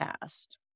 past